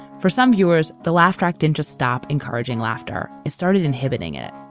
for some viewers, the laugh track didn't just stop encouraging laughter. it started inhibiting and it.